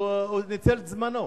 הוא ניצל את זמנו.